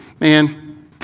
Man